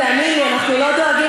תאמין לי, אנחנו לא דואגים.